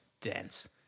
dense